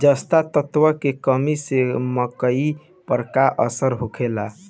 जस्ता तत्व के कमी से मकई पर का असर होखेला?